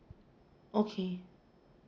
okay